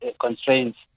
constraints